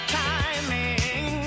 timing